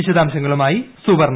വിശദാംശങ്ങളുമായി സുവർണ